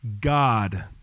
God